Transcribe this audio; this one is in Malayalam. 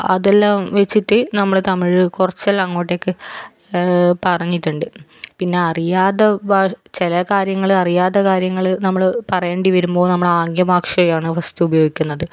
അതെല്ലാം വെച്ചിട്ട് നമ്മള് തമിഴ് കുറച്ചെല്ലാം അങ്ങോട്ടേക്ക് പറഞ്ഞിട്ടുണ്ട് പിന്നെ അറിയാതെ ഭാ ചില കാര്യങ്ങള് അറിയാത്ത കാര്യങ്ങള് നമ്മള് പറയേണ്ടി വരുമ്പോൾ നമ്മള് ആംഗ്യ ഭാക്ഷയാണ് ഫസ്റ്റ് ഉപയോഗിക്കുന്നത്